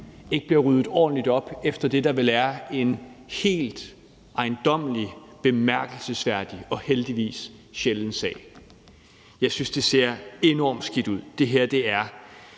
ikke bliver ryddet ordentligt op efter det, der vel er en fuldstændig ejendommelig, bemærkelsesværdig og heldigvis sjælden sag? Jeg synes, det ser enormt skidt ud. Det her er